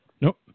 Nope